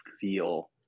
feel